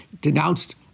denounced